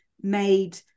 made